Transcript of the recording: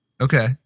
Okay